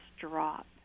drop